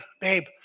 babe